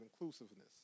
inclusiveness